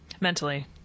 Mentally